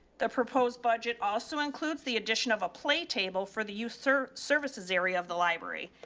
the proposed budget also includes the addition of a play table for the youth so services area of the library.